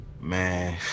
Man